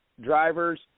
drivers